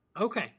Okay